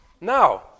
Now